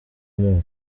amoko